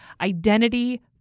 identity